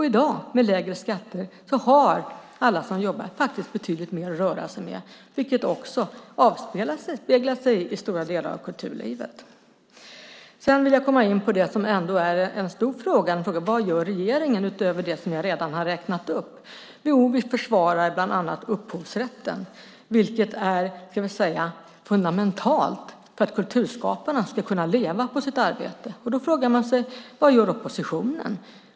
I dag med lägre skatter har alla som jobbar faktiskt betydligt mer att röra sig med, vilket också avspeglar sig i stora delar av kulturlivet. Sedan vill jag komma in på det som ändå är en stor fråga, nämligen vad regeringen gör utöver det jag redan räknat upp. Jo, vi försvarar bland annat upphovsrätten. Det är fundamentalt för att kulturskaparna ska kunna leva på sitt arbete. Vad gör då oppositionen?